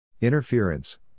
Interference